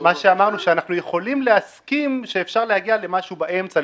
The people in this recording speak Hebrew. להסכים שאפשר להגיע למשהו באמצע,